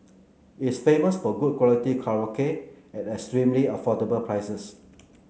it's famous for good quality karaoke at extremely affordable prices